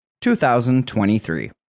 2023